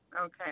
Okay